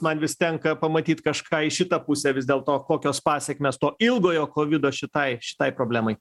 man vis tenka pamatyt kažką į šitą pusę vis dėlto kokios pasekmės to ilgojo kovido šitai šitai problemai